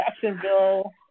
Jacksonville